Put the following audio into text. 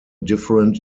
different